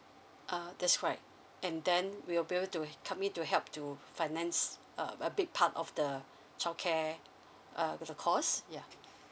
err that's right and then we'll be able to come in to help to finance a a big part of the childcare uh with the cost ya